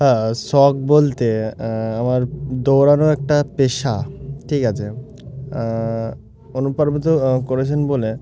হ্যাঁ শখ বলতে আমার দৌড়ানো একটা পেশা ঠিক আছে অনুপ্রণিত করেছেন বলে